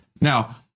Now